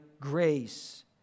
grace